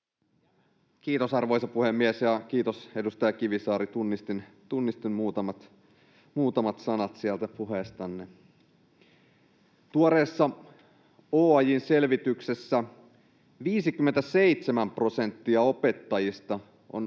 Kiitos, arvoisa puhemies! Ja kiitos, edustaja Kivisaari, tunnistin muutamat sanat sieltä puheestanne. Tuoreessa OAJ:n selvityksessä 57 prosenttia opettajista on